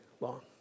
long